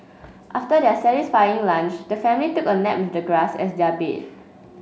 after their satisfying lunch the family took a nap with the grass as their bed